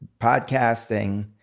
podcasting